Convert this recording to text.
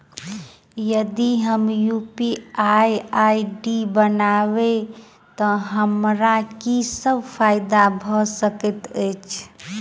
यदि हम UPI ID बनाबै तऽ हमरा की सब फायदा भऽ सकैत अछि?